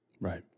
Right